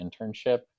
internship